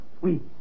Oui